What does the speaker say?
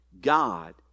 God